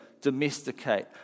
domesticate